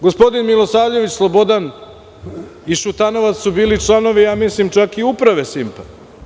Gospodin Milosavljević Slobodan i Šutanovac su bili čak članovi i uprave „Simpa“